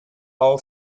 all